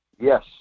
Yes